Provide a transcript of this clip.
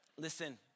Listen